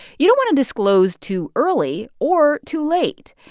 you don't want to disclose too early or too late.